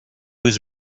was